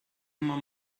more